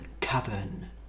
cavern